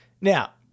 Now